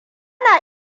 na